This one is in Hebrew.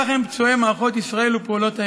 כאלה הם פצועי מערכות ישראל ופעולות האיבה: